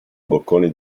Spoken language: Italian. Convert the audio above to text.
boccone